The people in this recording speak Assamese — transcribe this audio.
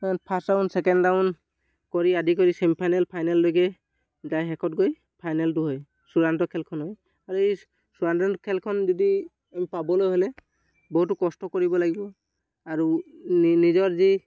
ফাৰ্ষ্ট ৰাউণ্ড ছেকেণ্ড ৰাউণ্ড কৰি আদি কৰি চেমি ফাইনেল ফাইনেললৈকে যায় শেষত গৈ ফাইনেলটো হয় চূড়ান্ত খেলখন হয় আৰু এই চূড়ান্ত খেলখন যদি পাবলৈ হ'লে বহুতো কষ্ট কৰিব লাগিব আৰু নিজৰ যি